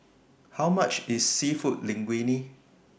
How much IS Seafood Linguine